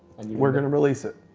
and we're gonna release it.